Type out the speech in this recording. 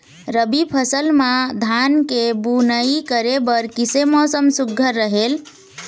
रबी फसल म धान के बुनई करे बर किसे मौसम सुघ्घर रहेल?